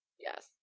Yes